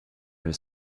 his